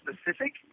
specific